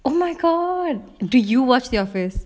oh my god do you watch the office